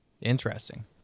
Interesting